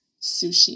sushi